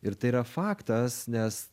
ir tai yra faktas nes